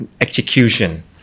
execution